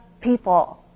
people